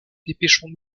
dépêchons